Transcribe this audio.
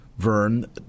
Vern